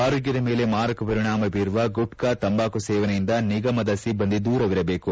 ಆರೋಗ್ನದ ಮೇಲೆ ಮಾರಕ ಪರಿಣಾಮ ಬೀರುವ ಗುಟ್ನಾ ತಂಬಾಕು ಸೇವನೆಯಿಂದ ನಿಗಮದ ಸಿಬ್ಲಂದಿ ದೂರವಿರದೇಕು